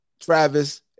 Travis